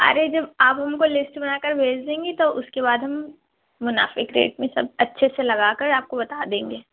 ارے جب آپ ہم کو لسٹ بنا کر بھیج دیں گی تو اس کے بعد ہم منافق ریٹ میں سب اچھے سے لگا کر آپ کو بتا دیں گے